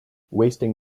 wasting